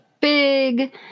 big